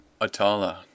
Atala